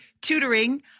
tutoring